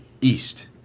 east